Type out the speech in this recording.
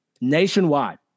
nationwide